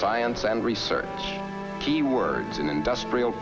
science and research keywords in industrial